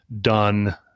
done